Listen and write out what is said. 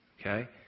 okay